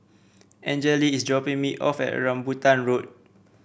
Anjali is dropping me off at Rambutan Road